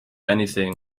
anything